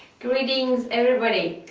greetings everybody!